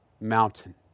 mountain